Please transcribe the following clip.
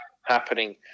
happening